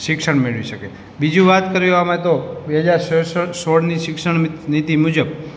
શિક્ષણ મેળવી શકે બીજી વાત કરીએ આમાં તો બે હજાર સ સ સોળની શિક્ષણ નીતિ મુજબ